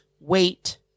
wait